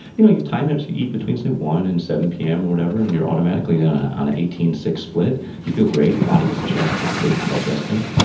you know you time it, you eat between say one and seven zero pm or whatever and you're automatically on an eighteen six split. you feel great, your body gets a chance to take a break from digesting.